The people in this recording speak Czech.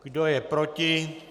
Kdo je proti?